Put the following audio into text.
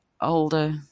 older